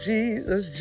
Jesus